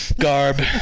garb